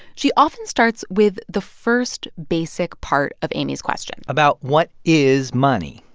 she often starts with the first basic part of amy's question. about, what is money?